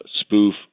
spoof